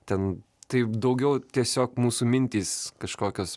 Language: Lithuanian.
ten taip daugiau tiesiog mūsų mintys kažkokios